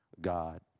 God